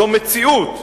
זו מציאות.